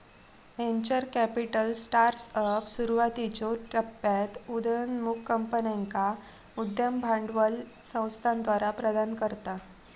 venture capital startups, सुरुवातीच्यो टप्प्यात उदयोन्मुख कंपन्यांका उद्यम भांडवल संस्थाद्वारा प्रदान करता